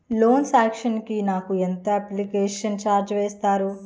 Loan sanction కి ఎంత application charge వేస్తారు?